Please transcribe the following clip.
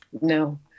No